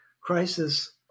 crisis